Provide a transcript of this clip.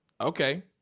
Okay